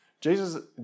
Jesus